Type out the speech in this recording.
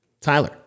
Tyler